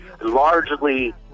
largely